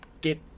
get